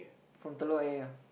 from Telok-Ayer ah